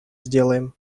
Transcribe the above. сделаем